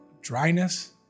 dryness